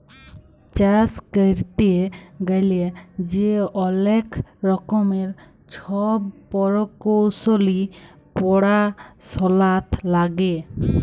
চাষ ক্যইরতে গ্যালে যে অলেক রকমের ছব পরকৌশলি পরাশলা লাগে